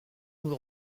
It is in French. nous